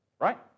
right